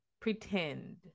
pretend